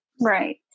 Right